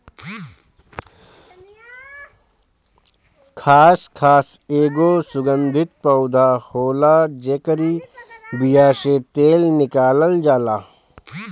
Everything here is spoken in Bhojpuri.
खसखस एगो सुगंधित पौधा होला जेकरी बिया से तेल निकालल जाला